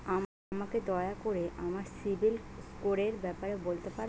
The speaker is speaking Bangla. আমাকে দয়া করে আমার সিবিল স্কোরের ব্যাপারে বলতে পারবেন?